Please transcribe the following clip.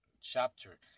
chapter